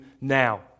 now